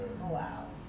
Wow